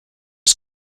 his